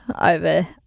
over